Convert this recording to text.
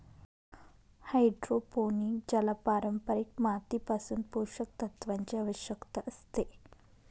hydroponic ज्याला पारंपारिक मातीपासून पोषक तत्वांची आवश्यकता असते